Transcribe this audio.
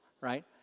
right